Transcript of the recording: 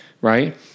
right